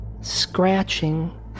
Scratching